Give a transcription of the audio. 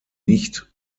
nicht